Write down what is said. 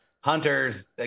hunters